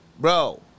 Bro